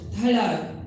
hello